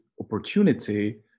opportunity